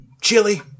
Chili